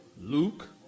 Luke